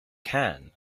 can